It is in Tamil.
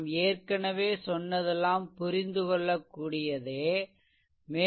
நான் ஏற்கனவே சொன்னதெல்லாம் புரிந்துகொள்ளக்கூடியதே மேலும் v1 v